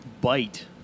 Bite